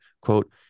quote